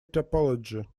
topology